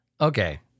Okay